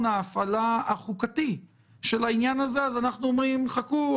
ההפעלה החוקתי של העניין הזה אז אנחנו אומרים: תחכו,